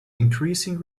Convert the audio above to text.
increasing